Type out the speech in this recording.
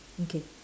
okay